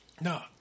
no